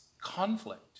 conflict